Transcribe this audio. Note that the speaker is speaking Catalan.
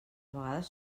vegades